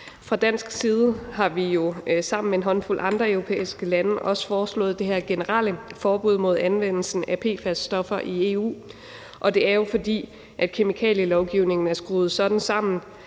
Fra dansk side har vi sammen med en håndfuld andre europæiske lande også foreslået det her generelle forbud mod anvendelse af PFAS-stoffer i EU, og det er jo, fordi kemikalielovgivningen er skruet sådan sammen,